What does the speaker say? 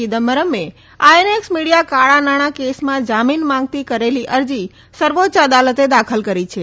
ચિદમ્બરમે INX Media કાળાં નાણાં કેસમાં જામીન માંગતી કરેલી અરજી સર્વોચ્ય અદાલતે દાખલ કરી છે